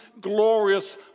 glorious